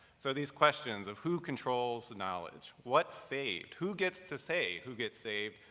so these questions of who controls knowledge, what's saved, who gets to say who gets saved,